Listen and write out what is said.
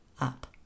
up